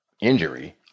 injury